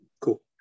Cool